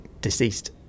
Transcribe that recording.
deceased